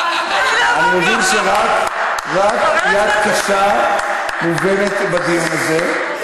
אני מבין שרק יד קשה מובנת בדיון הזה,